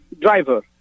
Driver